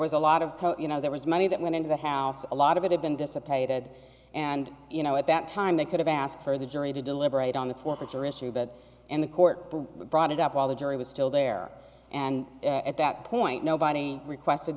was a lot of you know there was money that went into the house a lot of it had been dissipated and you know at that time they could have asked for the jury to deliberate on the poor preacher issue but and the court brought it up while the jury was still there and at that point nobody requested